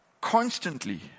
constantly